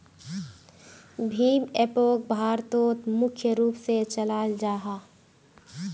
भीम एपोक भारतोत मुख्य रूप से चलाल जाहा